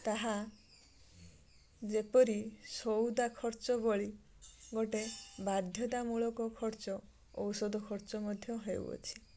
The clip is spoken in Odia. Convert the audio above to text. ତାହା ଯେପରି ସୌଉଦା ଖର୍ଚ୍ଚ ଭଳି ଗୋଟେ ବାଧ୍ୟତାମୂଳକ ଖର୍ଚ୍ଚ ଔଷଧ ଖର୍ଚ୍ଚ ମଧ୍ୟ ହେଉଅଛି